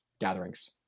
gatherings